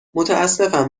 متاسفم